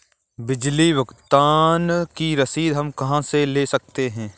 बिजली बिल भुगतान की रसीद हम कहां से ले सकते हैं?